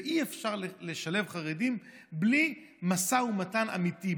ואי-אפשר לשלב חרדים בלי משא ומתן אמיתי,